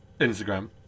Instagram